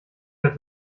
hört